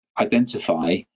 identify